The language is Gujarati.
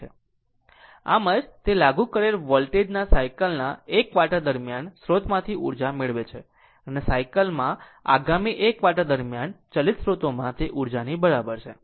આમ આમ જ તે લાગુ કરેલ વોલ્ટેજ ના સાયકલ ના 1 ક્વાર્ટર દરમિયાન સ્રોતમાંથી ઉર્જા મેળવે છે અને સાયકલ ના આગામી 1 ક્વાર્ટર દરમિયાન ચલિત સ્રોતમાં ઉર્જાની બરાબર છે